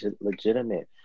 legitimate